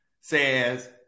says